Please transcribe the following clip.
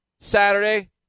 Saturday